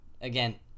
again